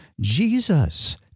Jesus